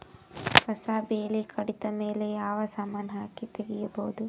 ಕಸಾ ಬೇಲಿ ಕಡಿತ ಮೇಲೆ ಯಾವ ಸಮಾನ ಹಾಕಿ ತಗಿಬೊದ?